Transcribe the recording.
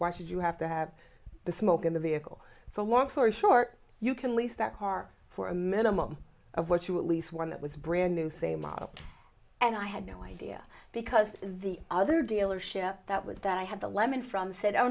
why should you have to have the smoke in the vehicle so one for sure you can lease that car for a minimum of what you are at least one that was brand new same model and i had no idea because the other dealership that was that i had a lemon from said oh